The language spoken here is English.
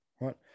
right